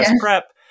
prep